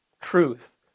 truth